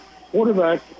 quarterback